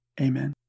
Amen